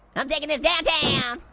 i'm taking this downtown.